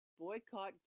boycott